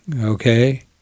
okay